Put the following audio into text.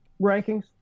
rankings